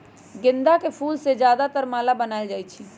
गेंदा के फूल से ज्यादातर माला बनाएल जाई छई